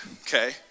Okay